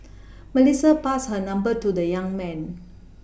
Melissa passed her number to the young man